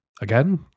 Again